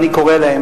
אני קורא להם,